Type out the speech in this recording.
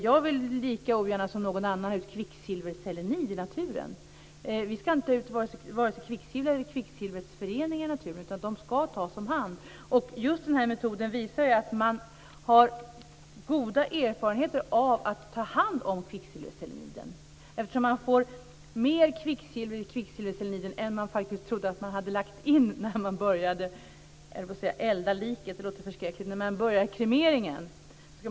Jag vill lika ogärna som någon annan ha ut kvicksilverselenid i naturen. Vi ska inte ha vare sig kvicksilvret eller kvicksilvrets föreningar i naturen, utan de ska tas om hand. Just den här metoden visar att man har goda erfarenheter av att ta hand om kvicksilverseleniden. Man får mer kvicksilver i kvicksilverseleniden än man faktiskt trodde att man hade lagt in när man började kremeringen.